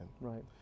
right